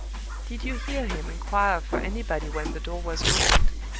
did you hear him inquire for anybody when the door was opened?